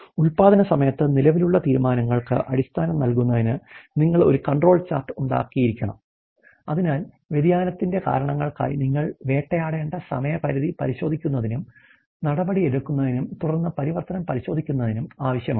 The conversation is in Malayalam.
ഉൽപാദന സമയത്ത് നിലവിലുള്ള തീരുമാനങ്ങൾക്ക് അടിസ്ഥാനം നൽകുന്നതിന് നിങ്ങൾ ഒരു കൺട്രോൾ ചാർട്ട് ഉണ്ടായിരിക്കണം അതിനാൽ വ്യതിയാനത്തിന്റെ കാരണങ്ങൾക്കായി നിങ്ങൾ വേട്ടയാടേണ്ട സമയപരിധി പരിശോധിക്കുന്നതിനും നടപടിയെടുക്കുന്നതിനും തുടർന്ന് പ്രവർത്തനം പരിശോധിക്കുന്നതിനും ആവശ്യം ഉണ്ട്